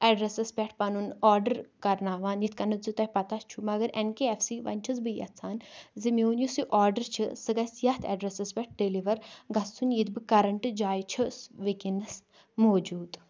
اٮ۪ڈرَسَس پٮ۪ٹھ پَنُن آڈَر کَرناوان یِتھ کَنٮ۪تھ زِ تۄہہِ پَتہ چھُ مگر اٮ۪ن کے اٮ۪ف سی وۄنۍ چھَس بہٕ یَژھان زِ میون یُس یہِ آڈَر چھِ سُہ گژھِ یَتھ اٮ۪ڈرَسَس پٮ۪ٹھ ڈٮ۪لِوَر گژھُن ییٚتہِ بہٕ کَرنٛٹ جایہِ چھَس وٕنۍکٮ۪نَس موٗجوٗد